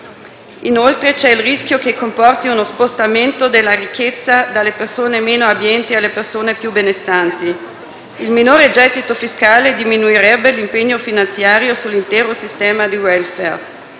Inoltre, c'è il rischio che comporti uno spostamento della ricchezza dalle persone meno abbienti alle persone più benestanti. Il minore gettito fiscale diminuirebbe l'impegno finanziario sull'intero sistema del *welfare*.